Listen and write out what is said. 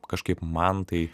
kažkaip man tai